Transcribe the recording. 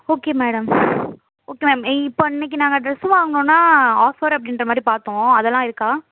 okay madam okay ma'am இப்போ இன்றைக்கு நாங்கள் ட்ரெஸ்ஸு வாங்கணும்னா ஆஃபர் அப்படின்ற பார்த்தோம் அதெல்லாம் இருக்கா